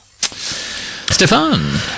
Stefan